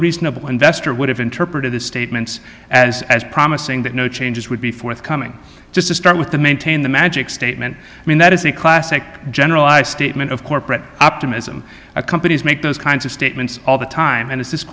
reasonable investor would have interpreted the statements as as promising that no changes would be forthcoming just to start with the maintain the magic statement i mean that is a classic generalized statement of corporate optimism that companies make those kinds of statements all the time and i